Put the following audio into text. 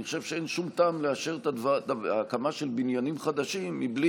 אני חושב שאין שום טעם לאשר הקמה של בניינים חדשים בלי